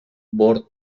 bord